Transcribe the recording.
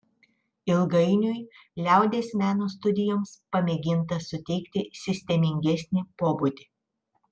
ilgainiui liaudies meno studijoms pamėginta suteikti sistemingesnį pobūdį